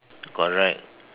correct